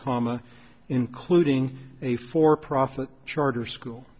comma including a for profit charter school